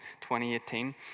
2018